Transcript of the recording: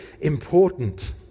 important